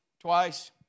twice